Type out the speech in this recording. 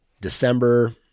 December